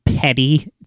petty